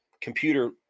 computer